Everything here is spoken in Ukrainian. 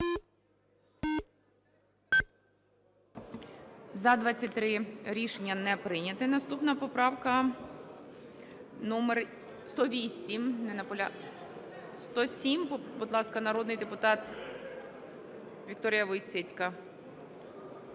За-23 Рішення не прийнято. Наступна поправка номер 108. Не… 107. Будь ласка, народний депутат Вікторія Войціцька.